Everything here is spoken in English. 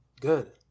good